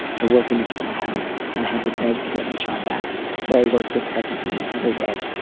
i work in maternal health and had to beg to get my job back where i worked with pregnant women every day,